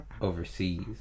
overseas